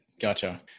gotcha